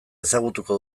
ezagutuko